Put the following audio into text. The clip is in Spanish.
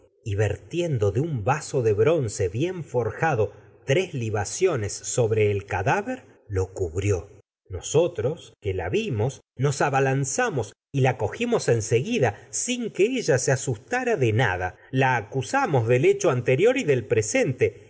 sófocles tiendo de un vaso de bronce bien forjado tres libacio nes sobre el cadáver lo cubrió nosotros que la vimos y nos abalanzamos la cogimos en seguida sin que ella se asustara de nada la acusamos del hecho anterior y del presente